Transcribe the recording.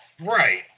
right